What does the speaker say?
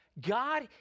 God